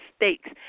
mistakes